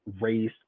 race